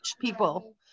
people